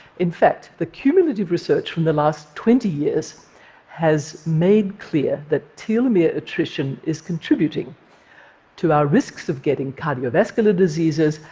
in fact, the cumulative research from the last twenty years has made clear that telomere attrition is contributing to our risks of getting cardiovascular diseases,